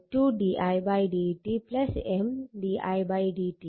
di dt L2 di dt M didt